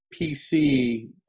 PC